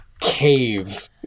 cave